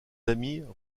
amis